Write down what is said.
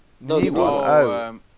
no